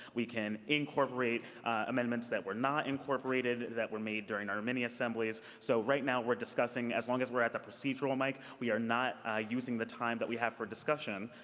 we can incorporate amendments that were not incorporated that were made during our mini-assemblies. so right now we're discussing, as long as we're at the procedural mic, we are not using the time that we have for discussion.